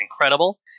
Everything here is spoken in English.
incredible